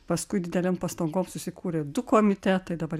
paskui didelėm pastangom susikūrė du komitetai dabar